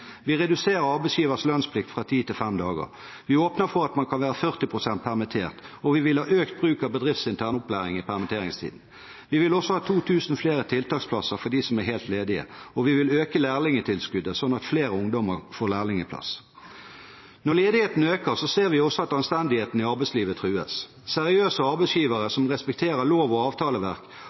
Vi reduserer arbeidsgivers lønnsplikt fra ti til fem dager. Vi åpner for at man kan være 40 pst. permittert, og vi vil ha økt bruk av bedriftsintern opplæring i permitteringstiden. Vi vil også ha 2 000 flere tiltaksplasser for dem som er helt ledige, og vi vil øke lærlingtilskuddet, slik at flere ungdommer får lærlingplass. Når ledigheten øker, ser vi også at anstendigheten i arbeidslivet trues. Seriøse arbeidsgivere som respekterer lov- og avtaleverk,